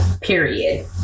Period